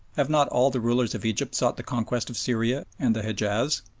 have not all the rulers of egypt sought the conquest of syria and the hejaz?